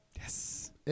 Yes